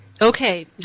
Okay